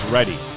Ready